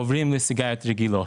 עוברים לסיגריה רגילה.